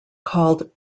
called